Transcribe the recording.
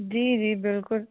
ਜੀ ਜੀ ਬਿਲਕੁਲ